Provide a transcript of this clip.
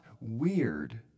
weird